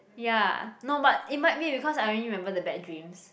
ya no but it might be because I only remember the bad dreams